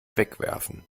wegwerfen